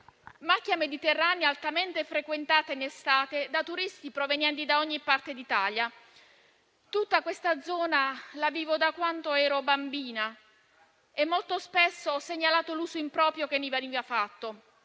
macchia mediterranea altamente frequentata in estate da turisti provenienti da ogni parte d'Italia. Tutta questa zona la vivo da quando ero bambina e molto spesso ho segnalato l'uso improprio che ne veniva fatto: